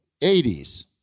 80s